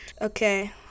Okay